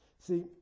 See